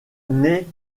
naît